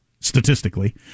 statistically